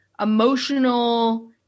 emotional